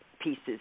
pieces